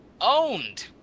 owned